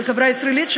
של החברה הישראלית,